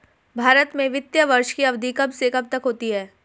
भारत में वित्तीय वर्ष की अवधि कब से कब तक होती है?